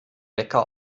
wecker